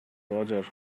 roger